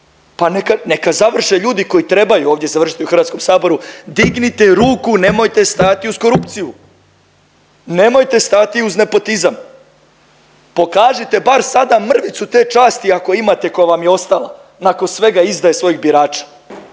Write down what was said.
pa neka završe ljudi koji trebaju ovdje završiti ovdje u Hrvatskom saboru dignite ruku nemojte stajati uz korupciju. Nemojte stati uz nepotizam. Pokažite bar sada mrvicu te časti ako je imate koja vam je ostala nakon svega izdaje svojih birača.